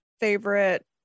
favorite